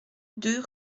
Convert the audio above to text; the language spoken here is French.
deux